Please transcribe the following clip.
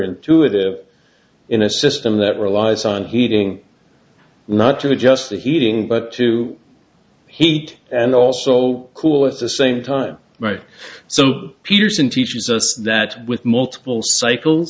intuitive in a system that relies on heating not to just the heating but to heat and also cool at the same time right so peterson teaches us that with multiple cycle